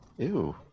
Ew